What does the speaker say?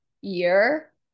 year